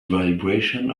vibration